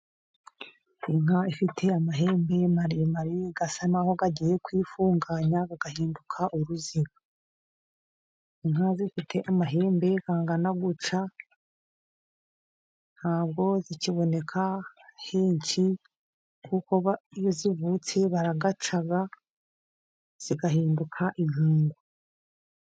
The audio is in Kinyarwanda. Inka ifite amahembe maremare, asa n’aho agiye kwifunganya agahinduka uruziga. Inka zifite amahembe angana gutya ntabwo zikiboneka henshi, kuko iyo zivutse barayaca, zigahinduka inkungu.